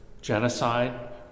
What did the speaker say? genocide